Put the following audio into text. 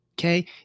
Okay